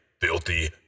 Filthy